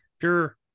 Sure